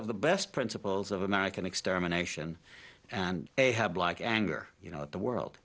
of the best principles of american extermination and they had like anger you know the world